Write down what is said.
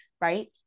right